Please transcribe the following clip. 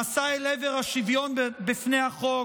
המסע אל עבר השוויון בפני החוק